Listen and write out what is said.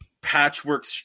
patchwork